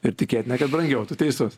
ir tikėtina kad brangiau tu teisus